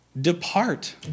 Depart